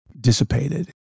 dissipated